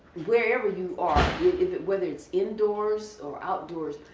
wherever you are whether it's indoors or outdoors,